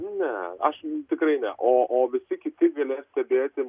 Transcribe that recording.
ne aš tikrai ne o o visi kiti galės stebėti